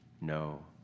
no